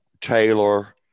Taylor